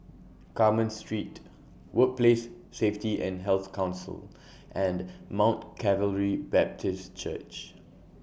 Carmen Street Workplace Safety and Health Council and Mount Calvary Baptist Church